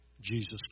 Jesus